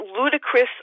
ludicrous